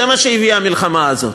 זה מה שהביאה המלחמה הזאת.